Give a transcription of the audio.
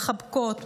מחבקות,